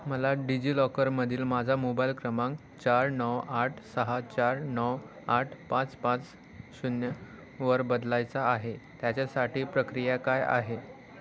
मला डिजिलॉकरमधील माझा मोबाईल क्रमांक चार नऊ आठ सहा चार नऊ आठ पाच पाच शून्य वर बदलायचा आहे त्याच्यासाठी प्रक्रिया काय आहे